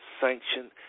sanction